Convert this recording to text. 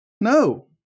No